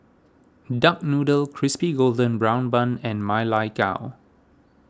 Duck Noodle Crispy Golden Brown Bun and Ma Lai Gao